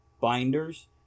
binders